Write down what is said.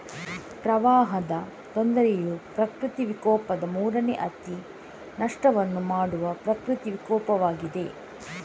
ಪ್ರವಾಹದ ತೊಂದರೆಯು ಪ್ರಕೃತಿ ವಿಕೋಪದ ಮೂರನೇ ಅತಿ ನಷ್ಟವನ್ನು ಮಾಡುವ ಪ್ರಕೃತಿ ವಿಕೋಪವಾಗಿದೆ